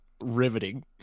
riveting